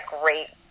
great